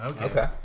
Okay